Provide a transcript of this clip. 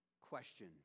question